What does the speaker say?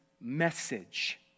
message